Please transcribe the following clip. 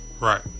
Right